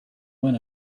when